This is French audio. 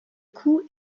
cou